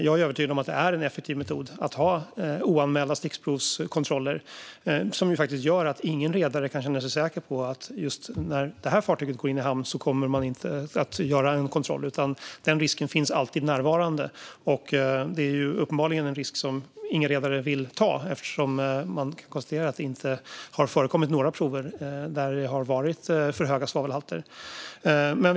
Jag är övertygad om att det är en effektiv metod att ha oanmälda stickprovskontroller som ju faktiskt gör att ingen redare kan känna sig säker på att man inte kommer att göra en kontroll just när fartyget i fråga går in i hamn, utan den risken finns alltid närvarande. Det är uppenbarligen en risk som ingen redare vill ta eftersom det har konstaterats att det inte har förekommit några prover där svavelhalterna har varit för höga.